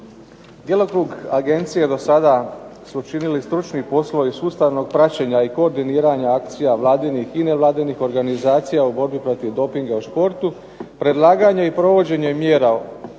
Djelokrug agencije dosada su činili stručni poslovi sustavnog praćenja i koordiniranja akcija vladinih i nevladinih organizacija u borbi protiv dopinga u športu, predlaganje i provođenje mjera u